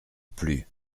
plus